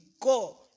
go